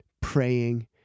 praying